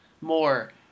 more